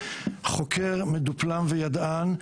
חוקר מדופלם וידען,